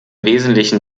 wesentlichen